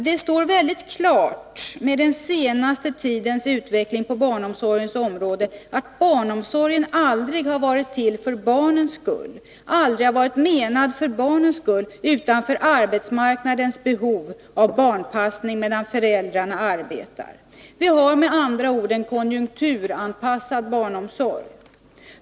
Det står väldigt klart, med den senaste tidens utveckling på barnomsorgens område, att barnomsorgen aldrig har varit till för barnens skull, aldrig har varit menad för barnen, utan för arbetsmarknadens behov av barnpassning medan föräldrarna arbetar. Vi har med andra ord en konjunkturanpassad barnomsorg.